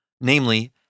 Namely